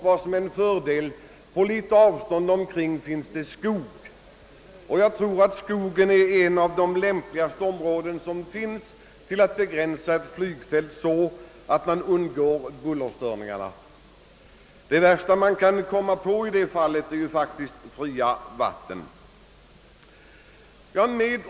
På något avstånd omkring flygfältet ligger skog, vilket är en fördel, eftersom skogen är det lämpligaste som finns för att avgränsa ett flygfält i syfte att undgå bullerstörningar. Det sämsta i det avseendet är faktiskt fria vattenytor.